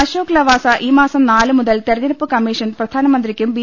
അശോക് ലവാസ ഈ മാസം നാല് മുതൽ തെരഞ്ഞെടുപ്പ് കമ്മീഷൻ പ്രധാനമന്ത്രിയ്ക്കും ബി